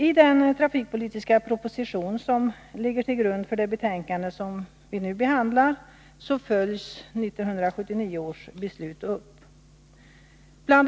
I den trafikpolitiska proposition som ligger till grund för det betänkande som vi nu behandlar följs 1979 års beslut upp. Bl.